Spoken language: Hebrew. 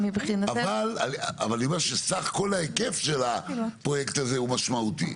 אבל אני אומר שסך כל ההיקף של הפרויקט הזה הוא משמעותי.